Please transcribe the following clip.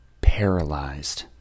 paralyzed